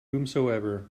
whomsoever